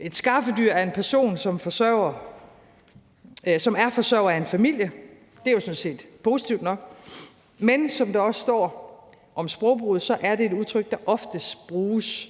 Et skaffedyr er en person, som er forsørger af en familie. Det er jo sådan set positivt nok, men, som der også står om sprogbruget, er det et udtryk, der oftest bruges